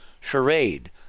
charade